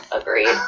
Agreed